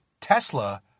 Tesla